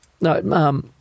no